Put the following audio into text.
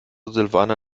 silvana